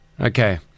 okay